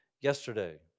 yesterday